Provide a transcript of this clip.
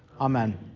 Amen